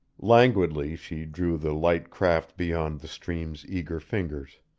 languidly she drew the light craft beyond the stream's eager fingers.